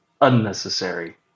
unnecessary